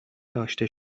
داشته